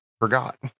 forgot